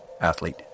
athlete